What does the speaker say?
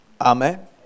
Amen